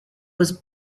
was